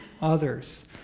others